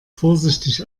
vorsichtig